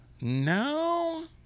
No